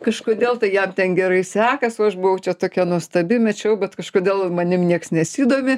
kažkodėl tai jam ten gerai sekasi o aš buvau čia tokia nuostabi mečiau bet kažkodėl manim nieks nesidomi